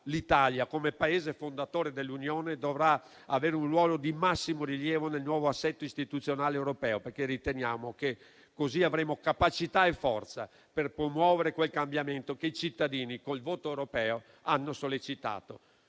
l'Italia, come Paese fondatore dell'Unione, dovrà avere un ruolo di massimo rilievo nel nuovo assetto istituzionale europeo, perché riteniamo che così avremo capacità e forza per promuovere quel cambiamento che i cittadini col voto europeo hanno sollecitato.